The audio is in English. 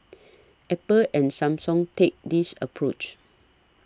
apple and Samsung take this approach